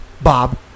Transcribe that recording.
Bob